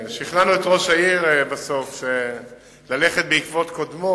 שכנענו את ראש העיר ללכת בעקבות קודמו